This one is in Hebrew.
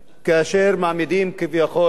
כאשר מעמידים כביכול, תשאל,